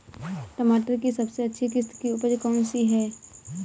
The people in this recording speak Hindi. टमाटर की सबसे अच्छी किश्त की उपज कौन सी है?